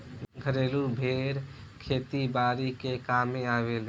घरेलु भेड़ खेती बारी के कामे आवेले